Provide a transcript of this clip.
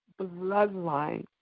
bloodline